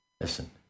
Listen